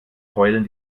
heulen